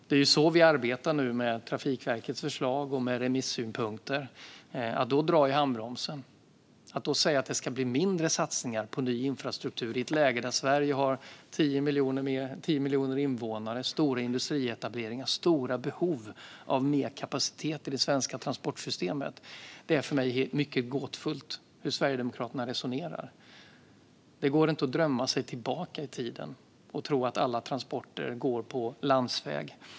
Det är så vi nu arbetar med Trafikverkets förslag och med remissynpunkter. Då vill Sverigedemokraterna dra i handbromsen, och de säger att det ska bli mindre satsningar på ny infrastruktur i ett läge då Sverige har 10 miljoner invånare, stora industrietableringar och stora behov av mer kapacitet i det svenska transportsystemet. Det är för mig mycket gåtfullt hur Sverigedemokraterna resonerar. Det går inte att drömma sig tillbaka i tiden och tro att alla transporter går på landsväg.